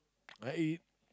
I eat